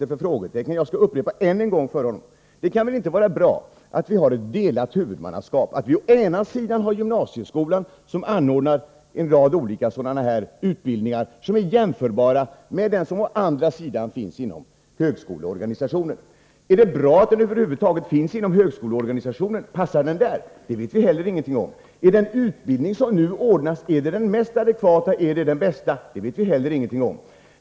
Jag skall än en gång upprepa för honom vad jag tidigare sagt. Det kan väl inte vara bra att vi har ett delat huvudmannaskap, att vi å ena sidan har gymnasieskolan, som anordnar en rad olika utbildningar, som är jämförbara med dem som å andra sidan finns inom högskoleorganisationen? Är det bra att den här utbildningen över huvud taget finns inom högskoleorganisationen? Passar den där? Det vet vi ingenting om. Är den utbildning vi nu ordnar den mest adekvata? Det vet vi inte heller något om.